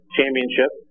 championship